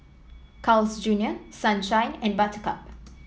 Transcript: Carl's Junior Sunshine and Buttercup